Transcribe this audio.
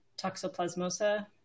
toxoplasmosa